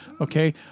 okay